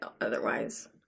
otherwise